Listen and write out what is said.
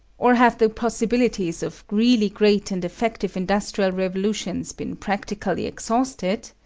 or have the possibilities of really great and effective industrial revolutions been practically exhausted?